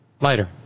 Later